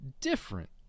different